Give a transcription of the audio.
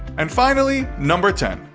and finally number ten.